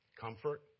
comfort